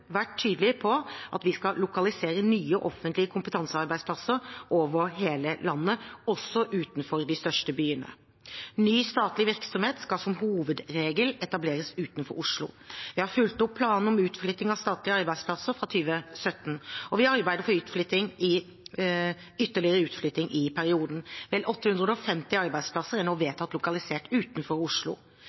vært tydelige på at vi skal lokalisere nye offentlige, kompetansearbeidsplasser over hele landet, også utenfor de største byene. Ny statlig virksomhet skal som hovedregel etableres utenfor Oslo. Vi har fulgt opp planen om utflytting av statlige arbeidsplasser fra 2017, og vi arbeider for ytterligere utflyttinger i perioden. Vel 850 arbeidsplasser er nå vedtatt lokalisert utenfor Oslo.